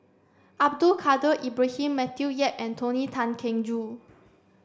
Abdul Kadir Ibrahim Matthew Yap and Tony Tan Keng Joo